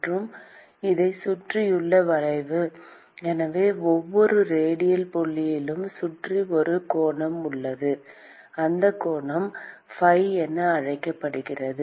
மற்றும் அதைச் சுற்றியுள்ள வளைவு எனவே ஒவ்வொரு ரேடியல் புள்ளியையும் சுற்றி ஒரு கோணம் உள்ளது அந்த கோணம் ஃபை என அழைக்கப்படுகிறது